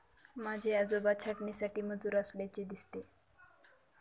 माझे आजोबा छाटणीसाठी मजूर असल्याचे दिसते